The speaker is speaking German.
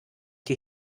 die